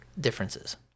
differences